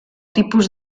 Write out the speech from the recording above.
tipus